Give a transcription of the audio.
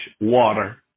water